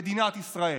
מדינת ישראל,